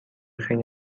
خیلی